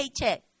paycheck